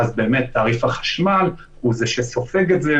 ואז באמת תעריף החשמל הוא זה שסופג את זה,